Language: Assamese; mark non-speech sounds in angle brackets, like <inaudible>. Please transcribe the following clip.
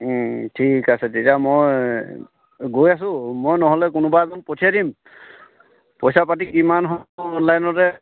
ঠিক আছে তেতিয়া মই গৈ আছোঁ মই নহ'লে কোনোবা এজন পঠিয়াই দিম পইচা পাতি কিমান <unintelligible> অনলাইনৰে